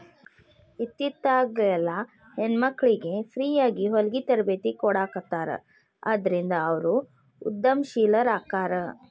ಇತ್ತಿತ್ಲಾಗೆಲ್ಲಾ ಹೆಣ್ಮಕ್ಳಿಗೆ ಫ್ರೇಯಾಗಿ ಹೊಲ್ಗಿ ತರ್ಬೇತಿ ಕೊಡಾಖತ್ತಾರ ಅದ್ರಿಂದ ಅವ್ರು ಉದಂಶೇಲರಾಕ್ಕಾರ